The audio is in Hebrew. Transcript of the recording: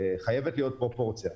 חייבת להיות פרופורציה.